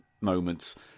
moments